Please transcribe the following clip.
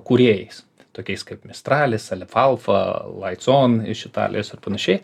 kūrėjais tokiais kaip mistralis alifalfa laicon iš italijos ir panašiai